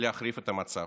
להחריף את המצב.